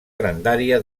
grandària